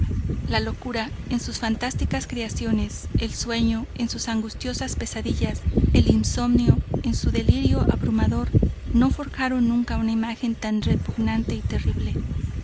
la locura en sus fantásticas creaciones el sueño en sus angustiosos pesadillas el insomnio en su delirio abrumador no forjaron nunca una imagen tan repugnante y terrible